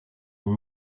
une